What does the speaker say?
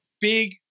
big